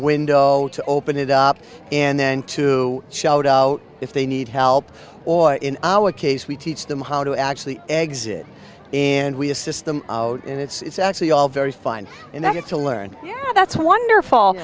window to open it up and then to shout out if they need help or in our case we teach them how to actually exit and we assist them and it's actually all very fine and i get to learn yeah that's wonderful